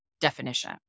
definition